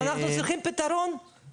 אנחנו כמדינת ישראל מוכנים לתקצב את זה?